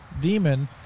Demon